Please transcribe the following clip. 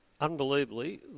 Unbelievably